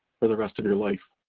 for the rest of your life.